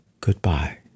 Goodbye